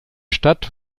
stadt